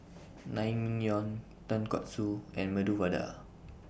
Naengmyeon Tonkatsu and Medu Vada